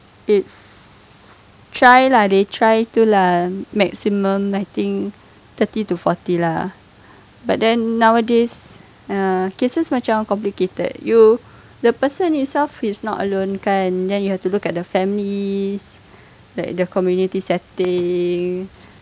it's try lah they try to lah maximum I think thirty to forty lah but then nowadays ah cases macam complicated you the person itself is not alone kan then you have to look at the family like the community setting